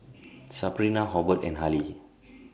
Sabrina Hobert and Harley